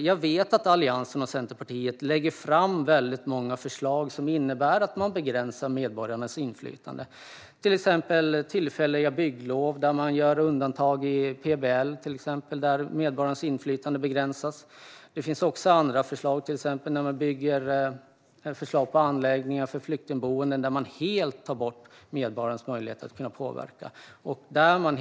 Jag vet att Alliansen och Centerpartiet lägger fram väldigt många förslag som innebär att medborgarnas inflytande begränsas. Det gäller till exempel tillfälliga bygglov vid vilka man gör undantag från PBL som innebär att medborgarnas inflytande begränsas. Andra förslag gäller till exempel byggande av anläggningar för flyktingboenden. Där tas medborgarnas möjlighet att påverka helt bort.